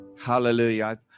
Hallelujah